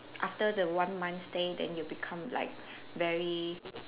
after the one month stay then you become like very